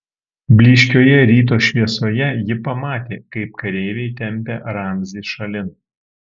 blyškioje ryto šviesoje ji pamatė kaip kareiviai tempia ramzį šalin